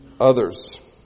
others